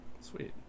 Sweet